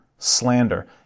Slander